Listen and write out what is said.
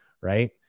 right